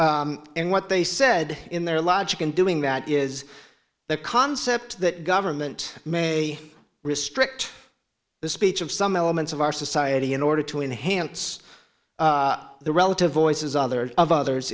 law and what they said in their logic in doing that is the concept that government may restrict the speech of some elements of our society in order to enhance the relative voices others of others